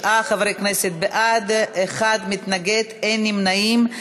37 חברי כנסת בעד, אחד מתנגד, אין נמנעים.